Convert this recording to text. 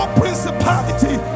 principality